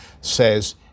says